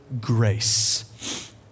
grace